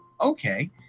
Okay